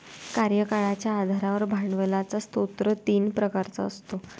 कार्यकाळाच्या आधारावर भांडवलाचा स्रोत तीन प्रकारचा असतो